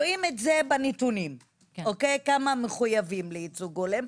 רואים בנתונים כמה מחויבים בייצוג הולם.